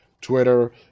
Twitter